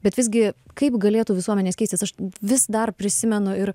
bet visgi kaip galėtų visuomenės keistis aš vis dar prisimenu ir